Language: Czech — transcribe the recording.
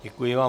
Děkuji vám.